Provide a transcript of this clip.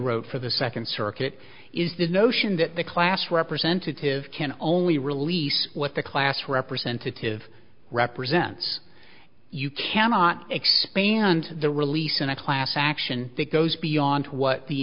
wrote for the second circuit is this notion that the class representative can only release what the class representative represents you cannot expand the release in a class action that goes beyond what the